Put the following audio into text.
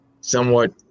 somewhat